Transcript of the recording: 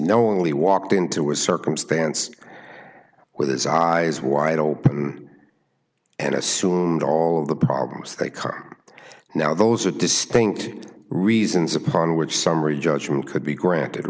knowingly walked into a circumstance with his eyes wide open and assumed all of the problems that come now those are distinct reasons upon which summary judgment could be granted